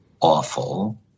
awful